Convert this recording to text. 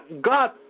God